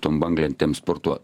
tom banglentėm sportuot